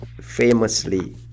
famously